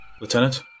Lieutenant